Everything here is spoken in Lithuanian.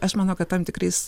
aš manau kad tam tikrais